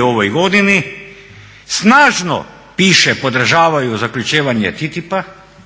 u ovoj godini snažno piše podržavaju zaključivanje TTIPA-a